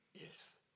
Yes